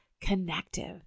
connective